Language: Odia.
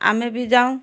ଆମେ ବି ଯାଉଁ